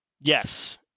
yes